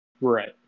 Right